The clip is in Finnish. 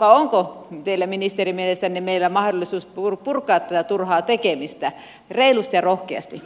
onko ministeri mielestänne meillä mahdollisuus purkaa tätä turhaa tekemistä reilustiero kesti